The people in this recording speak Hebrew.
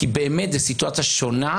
כי זו באמת סיטואציה שונה,